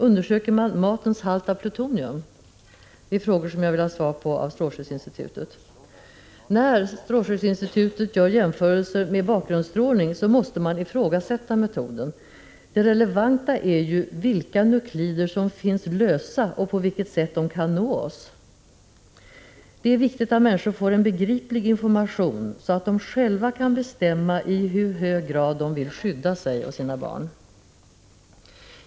Undersöker man matens halt av plutonium? — Detta är frågor som jag vill ha svar på av strålskyddsinstitutet. När strålskyddsinstitutet gör jämförelser med bakgrundsstrålning måste man ifrågasätta metoden. Det relevanta är ju vilka nukleider som finns lösa och på vilket sätt de kan nå oss. Det är viktigt att människor får en begriplig information, så att de själva kan bestämma i hur hög grad de vill skydda sig och sina barn.